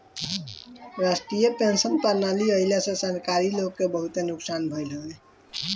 राष्ट्रीय पेंशन प्रणाली आईला से सरकारी लोग के बहुते नुकसान भईल हवे